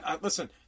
Listen